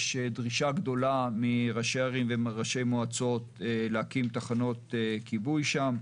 יש דרישה גדולה מראשי ערים ומראשי מועצות להקים תחנות כיבוי שם.